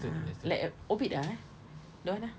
ah like a orbit ah eh don't want ah